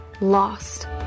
lost